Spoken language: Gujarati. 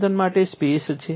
સંશોધન માટે સ્પેસ છે